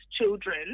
children